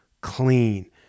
clean